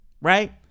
Right